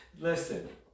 listen